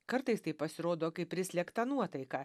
kartais tai pasirodo kaip prislėgta nuotaika